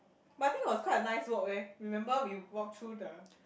but I think was quite a nice walk eh remember we walk through the